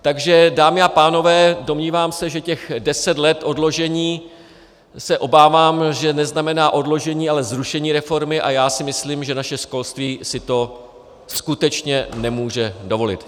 Takže dámy a pánové, domnívám se, že těch deset let odložení, obávám se, neznamená odložení, ale zrušení reformy, a já si myslím, že naše školství si to skutečně nemůže dovolit.